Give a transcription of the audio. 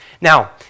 Now